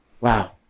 Wow